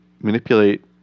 manipulate